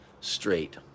straight